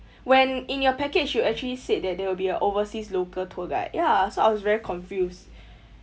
when in your package you actually said that there will be a oversea local tour guide ya so I was very confused